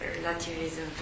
relativism